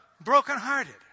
brokenhearted